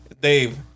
Dave